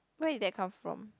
where did that come from